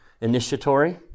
initiatory